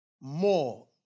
more